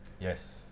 Yes